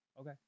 Okay